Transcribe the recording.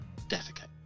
defecate